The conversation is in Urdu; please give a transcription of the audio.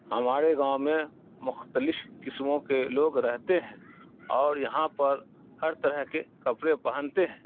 ہمارے گاؤں میں مختلف قسموں کے لوگ رہتے ہیں اور یہاں پر ہر طرح کے کپڑے پہنتے ہیں